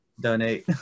Donate